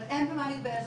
אבל אין במה להתבייש,